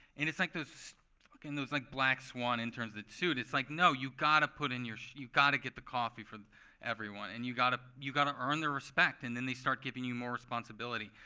and it's like those like and those like black swan interns that sued, it's like, no, you gotta put in your you gotta get the coffee for everyone. and you gotta you gotta earn their respect. and then they start giving you more responsibility.